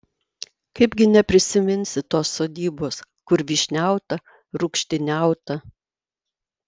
kaipgi neprisiminsi tos sodybos kur vyšniauta rūgštyniauta